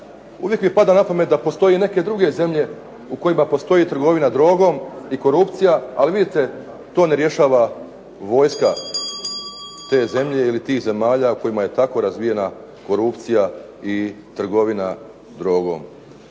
uvijek mi pada na pamet da postoje druge zemlje u kojima postoji trgovina drogom i korupcija, ali vidite to ne rješava vojska te zemlje ili tih zemalja u kojima je tako razvijena korupcija i trgovina drogom.